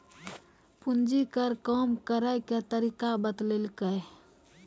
पूंजी कर कम करैय के तरीका बतैलकै